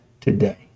Today